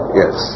yes